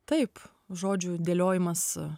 taip žodžių dėliojimas a